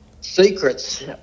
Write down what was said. secrets